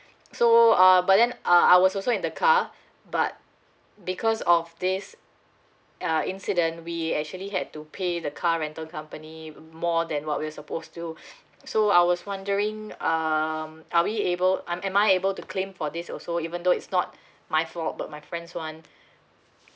so uh but then uh I was also in the car but because of this uh incident we actually had to pay the car rental company more than what we are supposed to so I was wondering um are we able am I able to claim for this also even though it's not my fault but my friend's [one]